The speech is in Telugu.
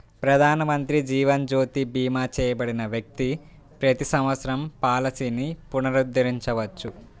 ప్రధానమంత్రి జీవన్ జ్యోతి భీమా చేయబడిన వ్యక్తి ప్రతి సంవత్సరం పాలసీని పునరుద్ధరించవచ్చు